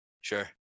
Sure